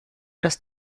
das